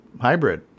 hybrid